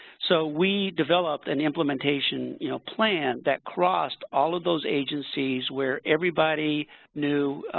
so, we developed an implementation you know plan that crossed all of those agencies where everybody knew,